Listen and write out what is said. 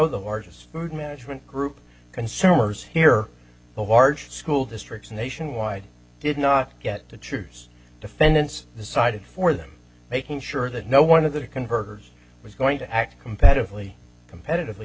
the largest food management group consumers here a large school districts nationwide did not get to choose defendants decided for them making sure that no one of the converters was going to act competitively competitively